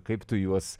kaip tu juos